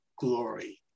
glory